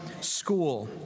school